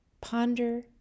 Ponder